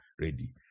ready